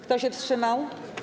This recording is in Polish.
Kto się wstrzymał?